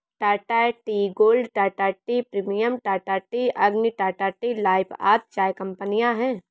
Tata tea gold, Tata tea premium, Tata tea Agni, Tata tea life आदि चाय कंपनियां है